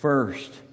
first